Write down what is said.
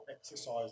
exercise